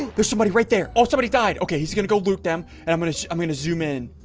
there's somebody right there oh somebody died okay, he's gonna go gloop them and i'm gonna i'm gonna zoom in